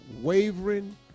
wavering